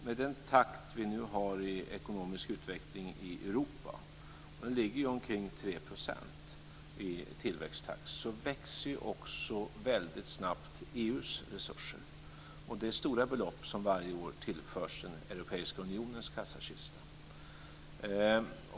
Med den takt vi nu har i ekonomisk utveckling i Europa - tillväxttakten är omkring 3 %- växer också EU:s resurser väldigt snabbt. Det är stora belopp som varje år tillförs den europeiska unionens kassakista.